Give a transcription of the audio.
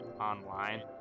online